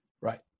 Right